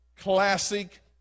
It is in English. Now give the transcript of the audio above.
classic